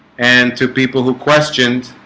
and to people who questioned